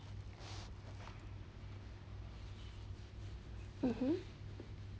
mmhmm